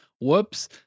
whoops